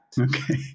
Okay